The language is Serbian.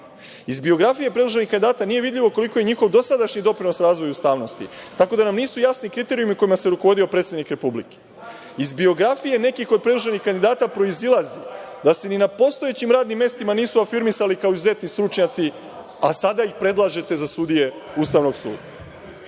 Iz biografije predloženih kandidata nije vidljivo koliki je njihov dosadašnji doprinos razvoju ustavnosti, tako da nam nisu jasni kriterijumi kojima se rukovodio predsednik Republike. Iz biografije nekih od predloženih kandidata proizilazi da se ni na postojećim radnim mestima nisu afirmisali kao izuzetni stručnjaci, a sada ih predlažete za sudije Ustavnog